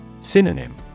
Synonym